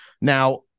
Now